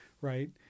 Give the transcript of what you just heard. right